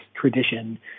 tradition